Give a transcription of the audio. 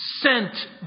sent